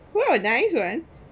!wow! nice one